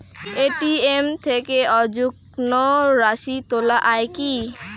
ATM থেকে অযুগ্ম রাশি তোলা য়ায় কি?